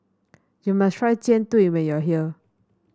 you must try Jian Dui when you are here